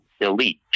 elite